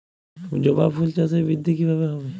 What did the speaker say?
জবা ফুল চাষে বৃদ্ধি কিভাবে হবে?